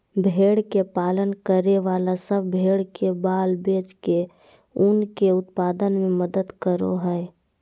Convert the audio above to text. भेड़ के पालन करे वाला सब भेड़ के बाल बेच के ऊन के उत्पादन में मदद करो हई